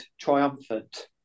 triumphant